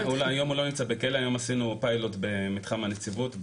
עשינו פיילוט במתחם הנציבות,